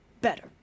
better